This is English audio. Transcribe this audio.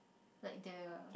like their